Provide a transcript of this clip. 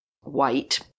white